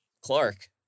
Clark